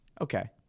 okay